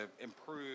improve